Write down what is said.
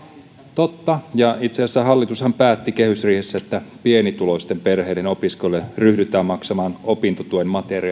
totta ja itse asiassa hallitushan päätti kehysriihessä että pienituloisten perheiden opiskelijoille ryhdytään maksamaan